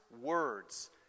words